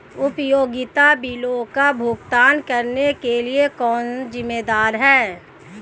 उपयोगिता बिलों का भुगतान करने के लिए कौन जिम्मेदार है?